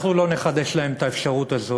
אנחנו לא נחדש להם את האפשרות הזאת.